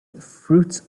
fruit